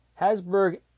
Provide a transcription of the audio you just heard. Hasberg